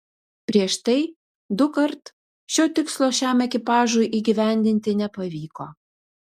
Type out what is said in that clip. prieš tai dukart šio tikslo šiam ekipažui įgyvendinti nepavyko